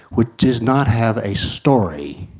which does not have a story.